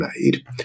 made